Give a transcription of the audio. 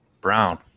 Brown